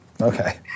Okay